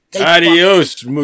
Adios